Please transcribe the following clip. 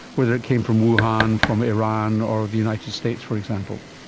whether it came from wuhan, from iran or the united states, for example?